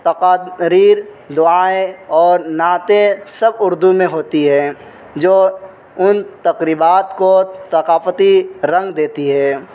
تقا تقاریب دعائیں اور نعتیں سب اردو میں ہوتی ہیں جو ان تقریبات کو ثقافتی رنگ دیتی ہے